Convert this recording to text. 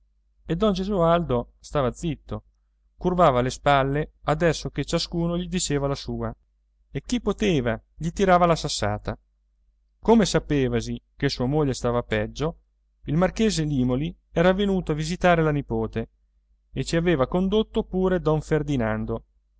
gesualdo stava zitto curvava le spalle adesso che ciascuno gli diceva la sua e chi poteva gli tirava la sassata come sapevasi che sua moglie stava peggio il marchese limòli era venuto a visitare la nipote e ci aveva condotto pure don ferdinando